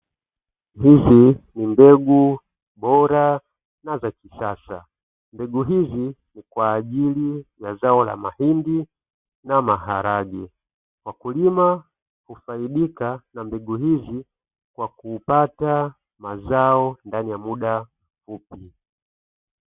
Hizi ni mbegu bora na za kisasa, mbegu hizi ni kwa ajili ya zao la mahindi na maharage, wakulima hufaidika na mbegu hizi kwa kupata mazao ndani ya muda mfupi.